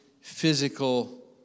physical